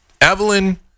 Evelyn